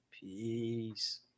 Peace